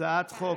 להצעת חוק,